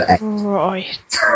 Right